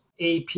AP